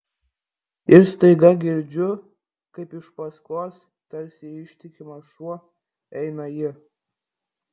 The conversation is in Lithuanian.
ir staiga girdžiu kaip iš paskos tarsi ištikimas šuo eina ji